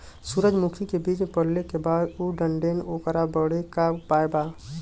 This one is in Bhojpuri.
सुरजमुखी मे बीज पड़ले के बाद ऊ झंडेन ओकरा बदे का उपाय बा?